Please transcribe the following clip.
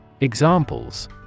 Examples